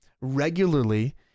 regularly